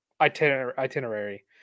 itinerary